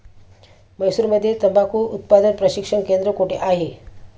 म्हैसूरमध्ये तंबाखू उत्पादन प्रशिक्षण केंद्र कोठे आहे?